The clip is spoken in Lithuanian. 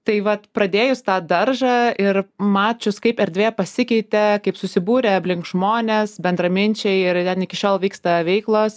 tai vat pradėjus tą daržą ir mačius kaip erdvė pasikeitė kaip susibūrė aplink žmonės bendraminčiai ir ten iki šiol vyksta veiklos